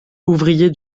ouvrier